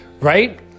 right